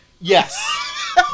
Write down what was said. Yes